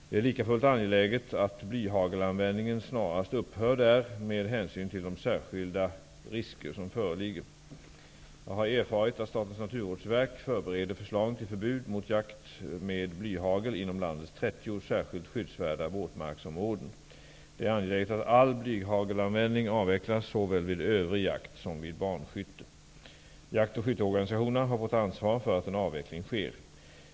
Det är likafullt angeläget att blyhagelanvändningen i dessa marker snarast upphör med hänsyn till de särskilda risker som föreligger. Jag har erfarit att Statens naturvårdsverk förbereder förslag till förbud mot jakt med blyhagel inom landets 30 särskilt skyddsvärda våtmarksområden. Det är angeläget att all blyhagelssanvändning avvecklas såväl vid övrig jakt som vid banskytte. Jakt och skytteorganisationerna har fått ansvar för att en avveckling sker.